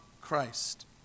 Christ